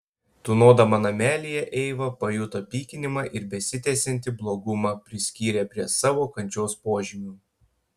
tūnodama namelyje eiva pajuto pykinimą ir besitęsiantį blogumą priskyrė prie savo kančios požymių